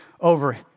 over